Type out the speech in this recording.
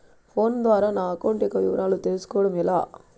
Phone ద్వారా నా account యొక్క వివరాలు తెలుస్కోవడం ఎలా?